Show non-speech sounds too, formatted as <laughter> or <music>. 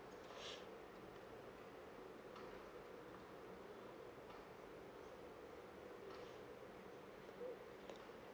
<breath>